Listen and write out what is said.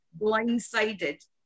blindsided